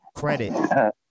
credit